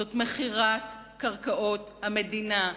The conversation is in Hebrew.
זאת מכירת קרקעות המדינה,